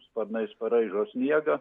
sparnais paraižo sniegą